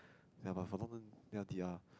ya but for a long time L_D_R